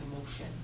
emotion